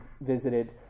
visited